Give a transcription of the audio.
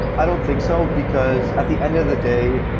i don't think so, because at the end of the day,